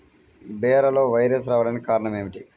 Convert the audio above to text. బీరలో వైరస్ రావడానికి కారణం ఏమిటి?